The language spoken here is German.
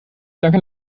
danke